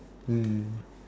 mm